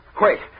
wait